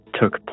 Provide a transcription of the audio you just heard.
took